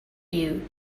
you